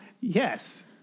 Yes